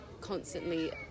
constantly